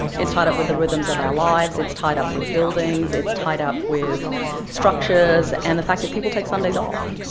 it's tied up with the rhythms of our lives, it's tied up with buildings, it's tied up with structures and the fact that people take sundays off.